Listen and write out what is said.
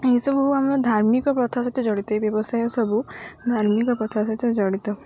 ଏହିସବୁ ଆମର ଧାର୍ମିକ ପ୍ରଥା ସହିତ ଜଡ଼ିତ ଏଇ ବ୍ୟବସାୟ ସବୁ ଧାର୍ମିକ ପ୍ରଥା ସହିତ ଜଡ଼ିତ